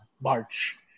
March